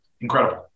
incredible